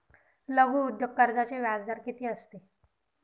लघु उद्योग कर्जाचे व्याजदर किती असते?